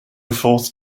forth